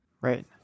Right